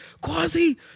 Quasi